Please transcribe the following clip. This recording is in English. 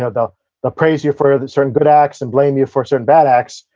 ah they'll ah praise you for certain good acts and blame you for certain bad acts,